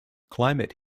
climate